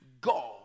God